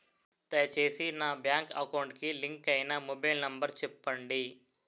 దయచేసి నా bank account కి లింక్ అయినా మొబైల్ నంబర్ చెప్పండి